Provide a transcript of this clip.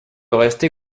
rester